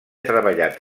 treballat